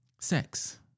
sex